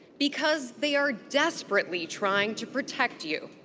because they are desperately trying to protect you.